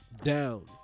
Down